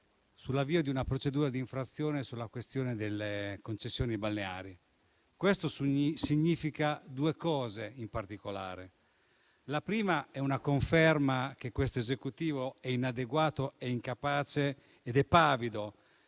sull'avvio di una procedura di infrazione sulla questione delle concessioni balneari. Questo significa due cose in particolare. La prima è una conferma che questo Esecutivo è inadeguato, incapace e pavido